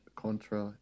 contra